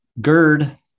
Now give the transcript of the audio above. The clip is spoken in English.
GERD